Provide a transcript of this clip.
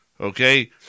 okay